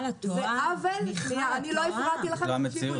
זה עוול לא פחות